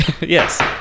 Yes